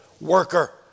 worker